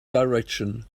direction